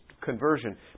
conversion